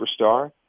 superstar